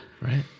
right